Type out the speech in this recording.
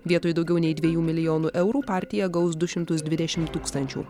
vietoj daugiau nei dviejų milijonų eurų partija gaus du šimtus dvidešimt tūkstančių